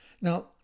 Now